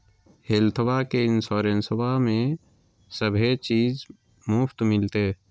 हेल्थबा के इंसोरेंसबा में सभे चीज मुफ्त मिलते?